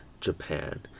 Japan